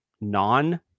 non